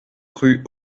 rue